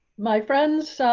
my friends,